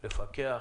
מפקחים,